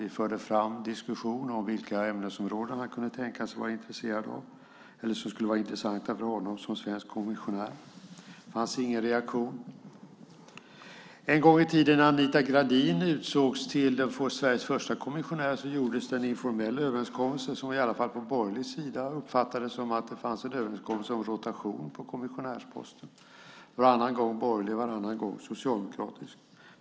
Vi förde en diskussion om vilka ämnesområden han kunde tänkas vara intresserad av eller som skulle vara intressanta för honom som svensk kommissionär. Det fanns ingen reaktion. En gång i tiden när Anita Gradin utsågs till Sveriges första kommissionär gjordes det en informell överenskommelse. I alla fall på borgerlig sida uppfattades det som att det fanns en överenskommelse om rotation på kommissionärsposten, med varannan gång borgerlig och varannan gång socialdemokratisk.